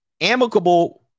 Amicable